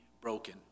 broken